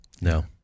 No